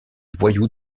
voyous